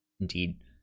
indeed